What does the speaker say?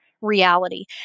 Reality